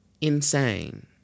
Insane